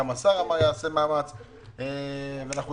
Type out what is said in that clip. גם השר אמר יעשה מאמץ,